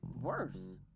worse